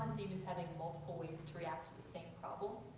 multiple ways to react to the same ah